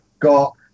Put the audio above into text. Got